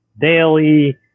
daily